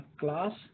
class